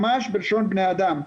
ממש בלשון בני אדם.